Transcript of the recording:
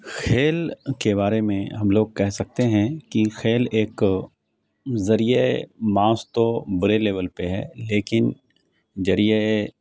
کھیل کے بارے میں ہم لوگ کہہ سکتے ہیں کہ کھیل ایک ذریعہ معاش تو بڑے لیول پہ ہے لیکن ذریعہ